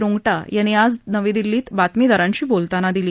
रुंगती यांनी आज दिल्लीत बातमीदारांशी बोलताना दिली